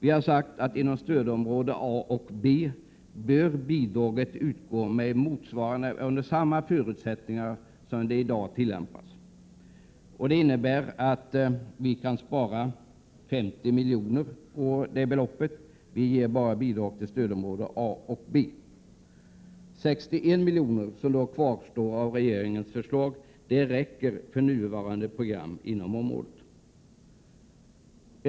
Vi har vidare uttalat att bidraget bör utgå endast inom inre stödområdet , under samma förutsättningar som i dag tillämpas, vilket innebär en besparing med 50 milj.kr. De 61 milj.kr. som då skulle kvarstå av medlen enligt regeringens förslag räcker för nuvarande program inom området i fråga.